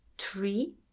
Three